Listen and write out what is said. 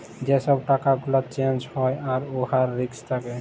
যে ছব টাকা গুলা চ্যাঞ্জ হ্যয় আর উয়ার রিস্ক থ্যাকে